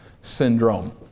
syndrome